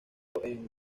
con